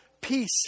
peace